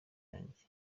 yanjye